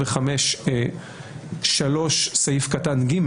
בסעיף 25(3)(ג)